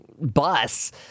Bus